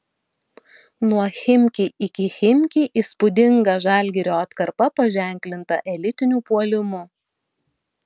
nuo chimki iki chimki įspūdinga žalgirio atkarpa paženklinta elitiniu puolimu